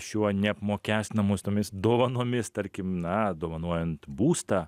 šiuo neapmokestinamomis tomis dovanomis tarkim na dovanojant būstą